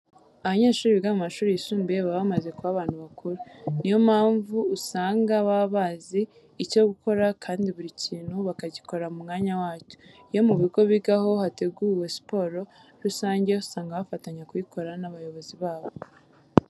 Abanyeshuri biga mu mashuri yisumbuye baba bamaze kuba abantu bakuru. Ni yo mpamvu usanga baba bazi icyo gukora kandi buri kintu bakagikora mu mwanya wacyo. Iyo mu bigo bigaho hateguwe siporo rusange, usanga bafatanya kuyikora n'abayobozi babo.